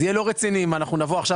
זה יהיה לא רציני אם נבוא עכשיו,